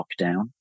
lockdown